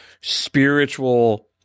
spiritual